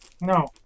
No